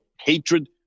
hatred